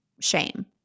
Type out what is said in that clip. shame